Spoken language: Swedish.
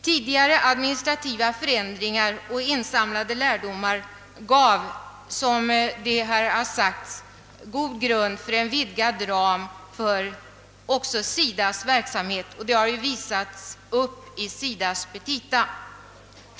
Tidigare administrativa förändringar och inhämtade lärdomar gav, som här sagts, god grund för en vidgad ram även för SIDA:s verksamhet, och det har ju visats i SIDA:s petita.